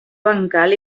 bancal